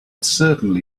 certainly